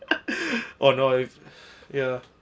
oh no ya